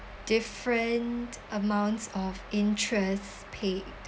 different amounts of interests paid